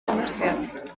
comercial